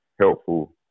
helpful